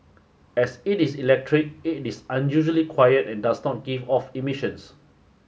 as it is electric it is unusually quiet and does not give off emissions